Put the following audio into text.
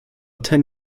ten